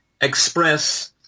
express